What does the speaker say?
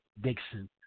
Dixon